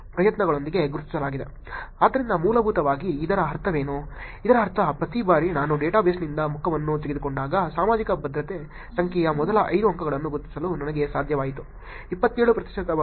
ಆದ್ದರಿಂದ ಮೂಲಭೂತವಾಗಿ ಇದರ ಅರ್ಥವೇನು ಇದರರ್ಥ ಪ್ರತಿ ಬಾರಿ ನಾನು ಡೇಟಾಬೇಸ್ನಿಂದ ಮುಖವನ್ನು ತೆಗೆದುಕೊಂಡಾಗ ಸಾಮಾಜಿಕ ಭದ್ರತೆ ಸಂಖ್ಯೆಯ ಮೊದಲ 5 ಅಂಕೆಗಳನ್ನು ಗುರುತಿಸಲು ನನಗೆ ಸಾಧ್ಯವಾಯಿತು 27 ಪ್ರತಿಶತ ಬಾರಿ